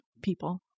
people